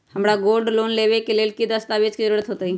हमरा gold loan लेबे के लेल कि कि दस्ताबेज के जरूरत होयेत?